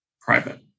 private